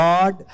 God